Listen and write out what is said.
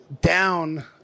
down